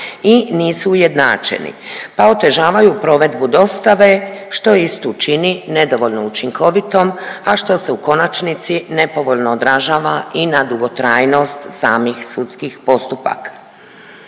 i nisu ujednačeni, pa otežavaju provedbu dostave što istu čini nedovoljno učinkovitom, a što se u konačnici nepovoljno odražava i na dugotrajnost samih sudskih postupaka.